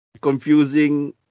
confusing